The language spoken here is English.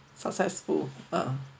successful ah